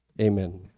Amen